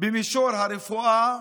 במישור הרפואה,